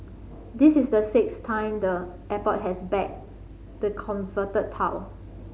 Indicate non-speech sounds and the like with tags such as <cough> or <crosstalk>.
this is the sixth time the airport has bagged the <unintelligible>